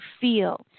feel